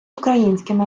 українськими